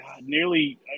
nearly